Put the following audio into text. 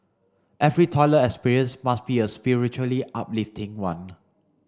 every toilet experience must be a spiritually uplifting one